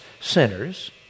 sinners